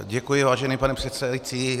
Děkuji, vážený pane předsedající.